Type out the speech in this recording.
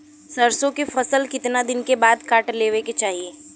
सरसो के फसल कितना दिन के बाद काट लेवे के चाही?